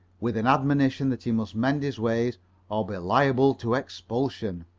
with an admonition that he must mend his ways or be liable to expulsion.